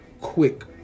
quick